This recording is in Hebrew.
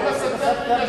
למה ספטמבר?